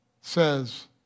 says